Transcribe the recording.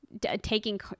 taking